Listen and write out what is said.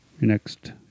next